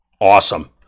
Awesome